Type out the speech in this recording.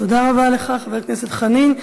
תודה רבה לך, חבר הכנסת חנין.